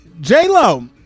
J-Lo